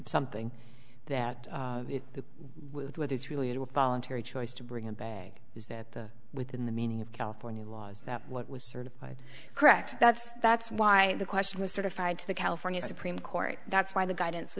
something that the with whether it's really a voluntary choice to bring a bag is that the within the meaning of california law is that what was certified correct that's that's why the question was certified to the california supreme court that's why the guidance